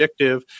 addictive